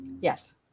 Yes